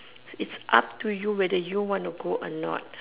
it's up to you whether you want to go or not